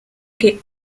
que